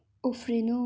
उफ्रिनु